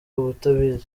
ubutumire